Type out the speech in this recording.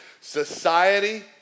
Society